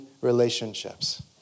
relationships